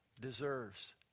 deserves